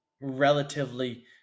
relatively